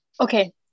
okay